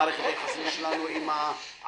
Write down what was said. מערכת היחסים שלנו עם עזתיים,